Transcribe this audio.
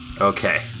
Okay